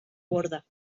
borda